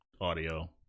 audio